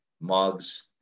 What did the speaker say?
mugs